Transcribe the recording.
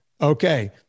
Okay